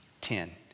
ten